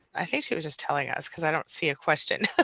i think she was just telling us, because i don't see a question.